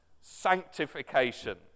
sanctification